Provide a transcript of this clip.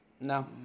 No